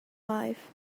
life